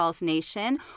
Nation